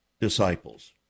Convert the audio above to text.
disciples